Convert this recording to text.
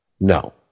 No